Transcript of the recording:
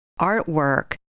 artwork